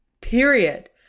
period